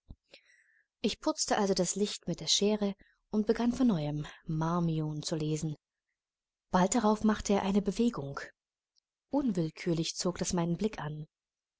ich putzte also das licht mit der schere und begann von neuem marmion zu lesen bald darauf machte er eine bewegung unwillkürlich zog das meinen blick an